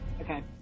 Okay